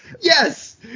Yes